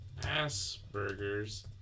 Asperger's